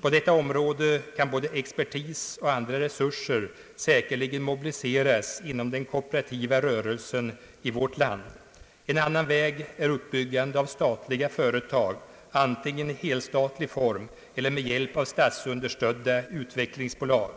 På detta område kan både expertis och andra resurser säkerligen mobiliseras inom den kooperativa rörelsen i vårt land. En annan väg är uppbyggande av statliga företag, antingen i helstatlig form eller med hjälp av statsunderstödda utvecklingsbolag.